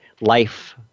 life